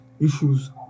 issues